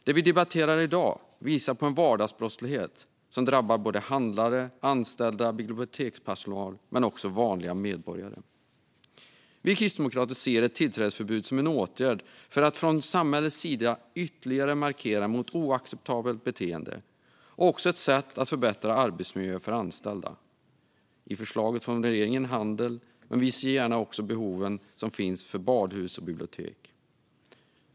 Det vi debatterar i dag visar på en vardagsbrottslighet som drabbar handlare, anställda och bibliotekspersonal men också vanliga medborgare. Vi kristdemokrater ser ett tillträdesförbud som en åtgärd för att från samhällets sida ytterligare markera mot oacceptabelt beteende och även som ett sätt att förbättra arbetsmiljön för anställda. I förslaget från regeringen gäller det handel, men vi ser gärna att det också inbegriper behoven som finns för badhus och bibliotek.